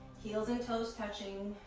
heels and toes touching,